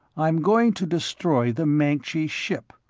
i'm going to destroy the mancji ship,